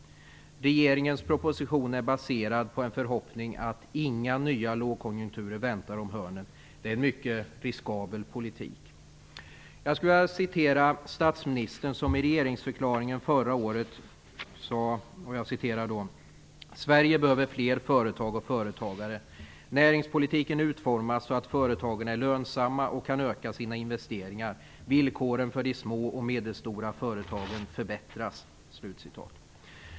Regeringens proposition är baserad på en förhoppning att inga nya lågkonjunkturer väntar om hörnet. Det är en mycket riskabel politik. Jag skulle vilja citera statsministern som i regeringsförklaringen förra året sade att: "Sverige behöver fler företag och företagare. Näringspolitiken utformas så att företagen är lönsamma och kan öka sina investeringar. Villkoren för de små och medelstora företagen förbättras."